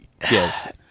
yes